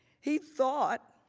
he thought